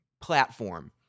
platform